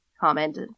comment